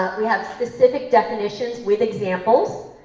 we have specific definitions with examples,